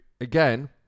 again